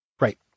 Right